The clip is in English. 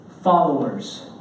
followers